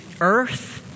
earth